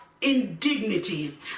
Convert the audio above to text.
indignity